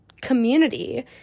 community